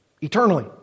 Eternally